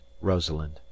rosalind